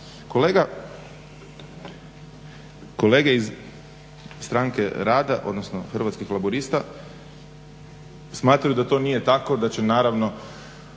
Kolege iz Stranke rada, odnosno Hrvatskih laburista smatraju da to nije tako, da će naravno